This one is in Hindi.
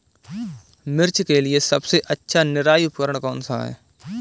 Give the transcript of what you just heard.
मिर्च के लिए सबसे अच्छा निराई उपकरण कौनसा है?